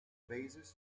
basis